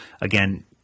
again